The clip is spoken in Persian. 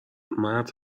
مرد